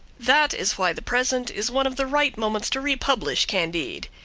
that is why the present is one of the right moments to republish candide.